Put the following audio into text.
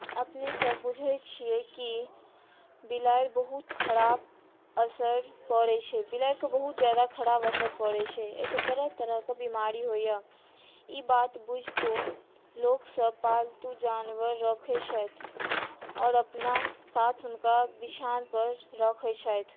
अपनेसभ बुझैत छियै कि बिलाड़ि बहुत खराब असर करैत छै बिलाड़िकेँ बहुत ज्यादा खराब असर पड़ैत छै एहिसँ तरह तरहके बीमारी होइए ई बात बुझितो लोकसभ पालतू जानवर रखैत छथि आओर अपना साथ हुनका बिछावनपर रखैत छथि